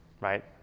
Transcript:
right